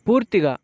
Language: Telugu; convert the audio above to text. పూర్తిగా